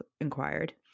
inquired